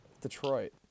Detroit